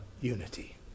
unity